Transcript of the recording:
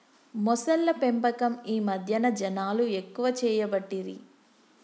మొసళ్ల పెంపకం ఈ మధ్యన జనాలు ఎక్కువ చేయబట్టిరి